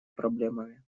проблемами